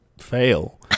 fail